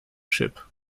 ship